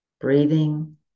breathing